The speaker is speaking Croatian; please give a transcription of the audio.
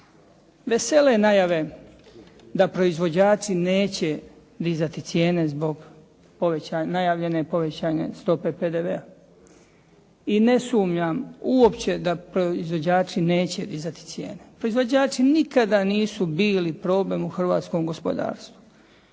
Vesele najave da proizvođači neće dizati cijene zbog najavljenog povećanja stope PDV-a i ne sumnjam uopće da proizvođači neće dizati cijene. Proizvođači nikada nisu bili problem u hrvatskom gospodarstvu.